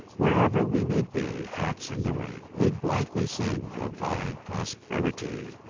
wherever we may be, hats in the ring, we blithely sing of thy prosperity.